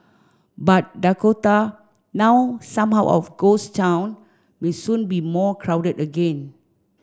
but Dakota now somewhat of ghost town may soon be more crowded again